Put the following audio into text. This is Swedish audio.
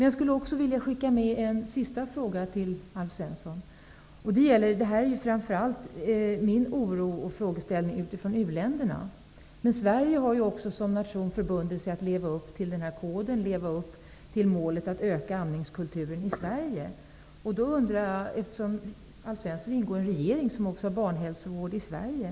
Jag skulle vilja skicka med en sista fråga till Alf Svensson. Min oro och min frågeställning har sin utgångspunkt framför allt i förhållandena i uländerna. Men Sverige har också som nation förbundit sig att leva upp till WHO-koden, dvs. till målet att öka amningskulturen i Sverige. Alf Svensson ingår i en regering som även ansvarar för barnhälsovården i Sverige.